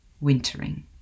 Wintering